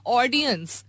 audience